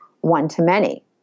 one-to-many